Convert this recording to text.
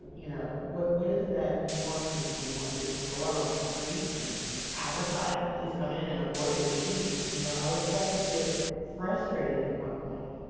you know, what what is it that you want from me? do you want me to just go out on the streets and advertise, please come in and abort your babies? you know, i was starting to get frustrated at one point.